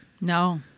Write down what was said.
No